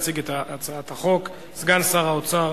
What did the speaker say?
יציג את הצעת החוק סגן שר האוצר